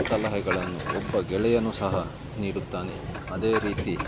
ಸಲಹೆಗಳನ್ನು ಒಬ್ಬ ಗೆಳೆಯನು ಸಹ ನೀಡುತ್ತಾನೆ ಅದೇ ರೀತಿ